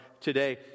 today